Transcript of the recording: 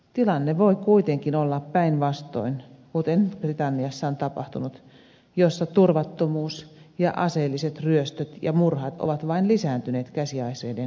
tilanne voi kuitenkin olla päinvastainen kuten britanniassa on tapahtunut missä turvattomuus ja aseelliset ryöstöt ja murhat ovat vain lisääntyneet käsiaseiden kieltämisen jälkeen